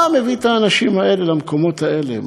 מה מביא את האנשים האלה למקומות האלה?